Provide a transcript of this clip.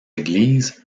églises